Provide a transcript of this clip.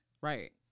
Right